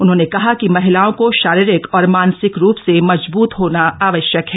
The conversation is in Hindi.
उन्होंने कहा कि महिलाओं को शारीरिक और मानसिक रूप से मजबूत होना आवश्यक है